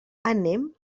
anem